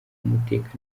umutekano